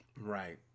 Right